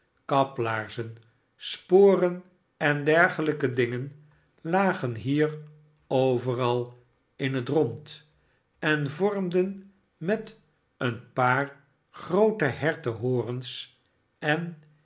sporen en dergelijke dingen lagen hier overal in het rond en vormden met een paar groote hertenhorens en